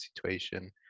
situation